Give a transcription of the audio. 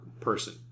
person